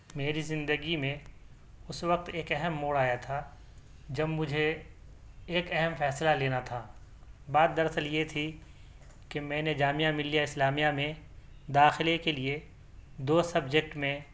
میری زندگی میں اس وقت ایک اہم موڑ آیا تھا جب مجھے ایک اہم فیصلہ لینا تھا بات دراصل یہ تھی کہ میں نے جامعہ ملیہ اسلامیہ میں داخلے کے لئے دو سبجیکٹ میں